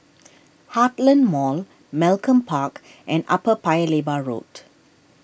Heartland Mall Malcolm Park and Upper Paya Lebar Road